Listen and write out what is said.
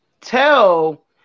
tell